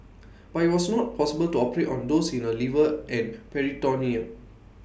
but IT was not possible to operate on those in her liver and peritoneum